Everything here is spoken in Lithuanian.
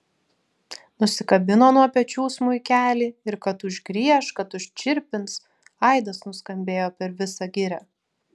nusikabino nuo pečių smuikelį ir kad užgrieš kad užčirpins aidas nuskambėjo per visą girią